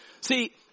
See